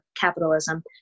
capitalism